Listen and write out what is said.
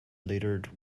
littered